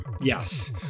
Yes